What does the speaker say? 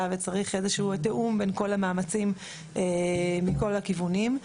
וצריך איזשהו תיאום בין כל המאמצים מכל הכיוונים.